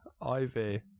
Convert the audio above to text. Ivy